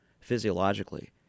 physiologically